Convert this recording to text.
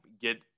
get